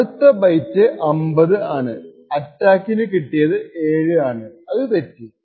അടുത്ത ബൈറ്റ് 50 ആണ് അറ്റാക്കിനു കിട്ടിയത് 7 ആണ് അത് തെറ്റി